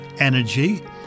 energy